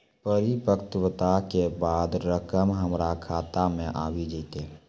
परिपक्वता के बाद रकम हमरा खाता मे आबी जेतै?